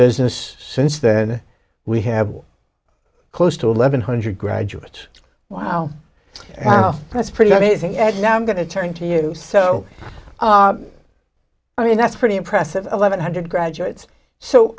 business since then we have close to eleven hundred graduates wow that's pretty amazing actually i'm going to turn to you so i mean that's pretty impressive eleven hundred graduates so